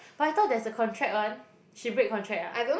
but I thought there's a contract one she break contract ah